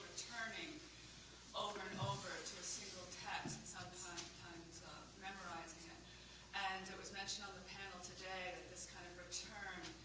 turning over and over to a single text um memorizing yeah it. and it was mentioned on the panel today that this kind of return